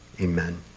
amen